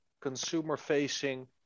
consumer-facing